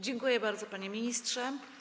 Dziękuję bardzo, panie ministrze.